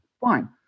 Fine